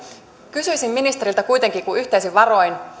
kysyisin ministeriltä kuitenkin kun yhteisin varoin